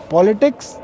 Politics